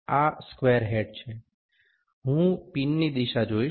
આ square head છે હું પિનની દિશા જોઇશ